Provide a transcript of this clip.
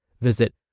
Visit